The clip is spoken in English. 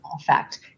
effect